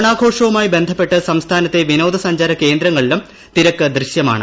ഓണാഘോഷവുമായി ബന്ധപ്പെട്ട് സംസ്ഥാനത്തെ വിനോദസഞ്ചാര കേന്ദ്രങ്ങളിലും തിരക്ക് ദൃശ്യമാണ്